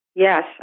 Yes